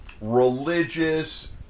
Religious